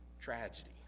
tragedy